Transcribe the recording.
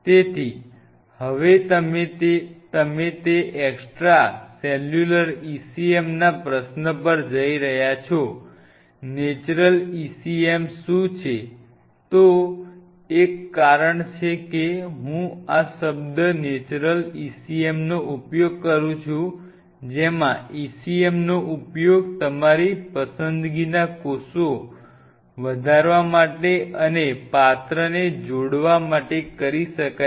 તેથી હવે તમે તે એક્સ્ટ્રા સેલ્યુલર ECM ના પ્રશ્ન પર જઇ રહ્યા છો નેચરલ ECM શું છે તો એક કારણ છે કે હું આ શબ્દ નેચરલ ECM નો ઉપયોગ કરું છું જેમાં ECM નો ઉપયોગ તમારી પસંદગીના કોષો વધારવા માટે અને પાત્રને જોડવા માટે કરી શકાય છે